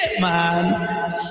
man